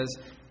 says